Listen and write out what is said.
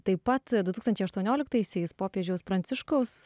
taip pat du tūkstančiai aštuonioliktaisiais popiežiaus pranciškaus